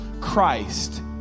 Christ